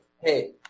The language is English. Hey